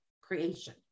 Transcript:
creation